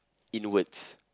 inwards